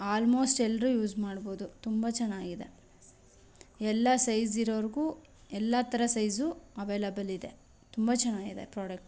almost ಎಲ್ಲರೂ use ಮಾಡ್ಬೋದು ತುಂಬ ಚೆನ್ನಾಗಿದೆ ಎಲ್ಲ ಸೈಜ್ ಇರೋರಿಗೂ ಎಲ್ಲ ಥರ ಸೈಜೂ ಅವೈಲೆಬಲ್ ಇದೆ ತುಂಬ ಚೆನ್ನಾಗಿದೆ ಪ್ರೊಡಕ್ಟ್